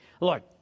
Lord